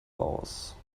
aus